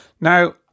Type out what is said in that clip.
Now